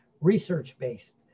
research-based